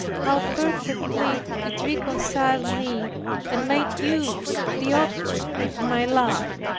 how perfectly it reconciled me and made you the object of my love!